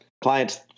clients